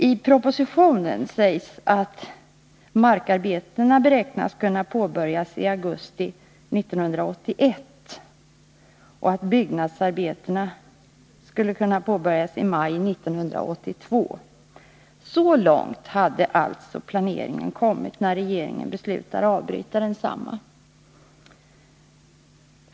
I propositionen står att markarbetena beräknas kunna påbörjas i augusti 1981 och att byggnadsarbetena skulle kunna påbörjas i maj 1982. Så långt hade alltså planeringen kommit, när regeringen beslutade att avbryta densamma.